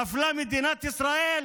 נפלה מדינת ישראל?